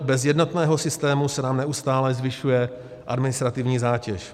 Bez jednotného systému se nám neustále zvyšuje administrativní zátěž.